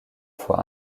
fois